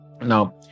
Now